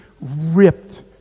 ripped